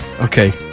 Okay